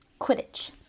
Quidditch